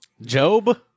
Job